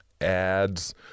ads